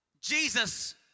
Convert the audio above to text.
Jesus